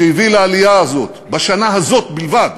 שהביא לעלייה הזאת בשנה הזאת בלבד,